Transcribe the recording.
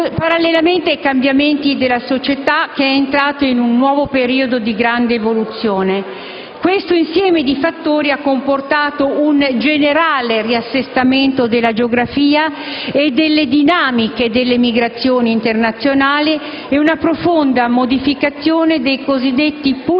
parallelamente ai cambiamenti della società, che è entrata in un nuovo periodo di grande evoluzione. Questo insieme di fattori ha comportato un generale riassestamento della geografia e delle dinamiche delle migrazioni internazionali e una profonda modificazione dei cosiddetti